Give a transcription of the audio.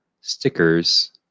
stickers